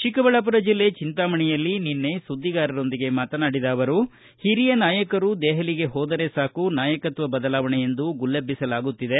ಚಿಕ್ಕಬಳ್ಳಾಪುರ ಜಿಲ್ಲೆ ಚಿಂತಾಮಣಿಯಲ್ಲಿ ನಿನ್ನೆ ಸುದ್ದಿಗಾರರೊಂದಿಗೆ ಮಾತನಾಡಿದ ಅವರು ಹಿರಿಯ ನಾಯಕರು ದೆಹಲಿಗೆ ಹೋದರೆ ಸಾಕು ನಾಯಕತ್ತ ಬದಲಾವಣೆ ಎಂದು ಗುಲ್ಲೆಬ್ಲಿಸಲಾಗುತ್ತಿದೆ